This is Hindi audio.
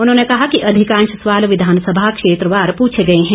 उन्होंने कहा कि अधिकांश सवाल विधानसभा क्षेत्रवार पूछे गए हैं